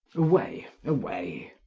away, away.